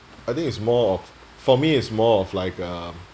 I think it's more of for me it's more of like um